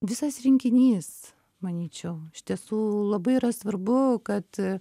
visas rinkinys manyčiau iš tiesų labai yra svarbu kad